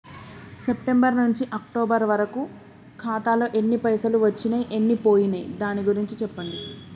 September నుంచి October వరకు నా ఖాతాలో ఎన్ని పైసలు వచ్చినయ్ ఎన్ని పోయినయ్ దాని గురించి చెప్పండి?